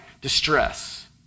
distress